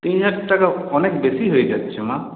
তিন হাজার টাকা অনেক বেশি হয়ে যাচ্ছে মা